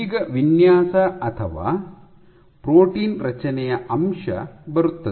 ಈಗ ವಿನ್ಯಾಸ ಅಥವಾ ಪ್ರೋಟೀನ್ ರಚನೆಯ ಅಂಶ ಬರುತ್ತದೆ